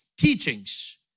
teachings